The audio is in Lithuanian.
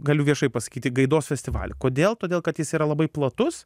galiu viešai pasakyti gaidos festivalį kodėl todėl kad jis yra labai platus